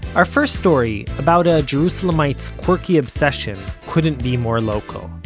our first story about a jerusalemite's quirky obsession couldn't be more local.